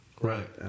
Right